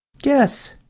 guess,